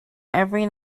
every